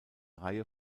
reihe